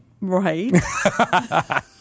Right